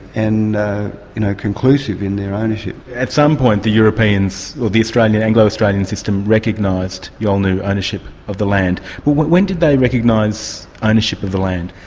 and you know conclusive in their ownership. at some point the europeans, or the anglo australian system recognised yolngu ownership of the land. when did they recognise ownership of the land?